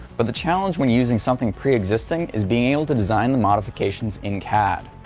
but the challenge when using something pre existing is being able to design the modifications in cad.